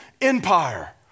empire